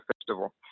festival